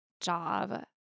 job